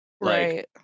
Right